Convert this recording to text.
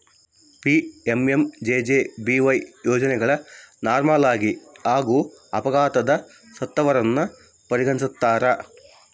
PMMJJBY ಯೋಜನೆಗ ನಾರ್ಮಲಾಗಿ ಹಾಗೂ ಅಪಘಾತದಗ ಸತ್ತವರನ್ನ ಪರಿಗಣಿಸ್ತಾರ